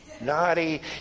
naughty